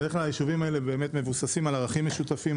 בדרך כלל היישובים האלה מבוססים על ערכים משותפים,